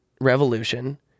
Revolution